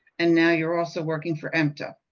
and now you're also working for ntha.